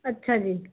ਅੱਛਾ ਜੀ